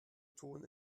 tun